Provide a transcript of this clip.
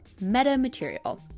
Metamaterial